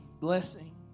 blessing